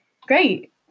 great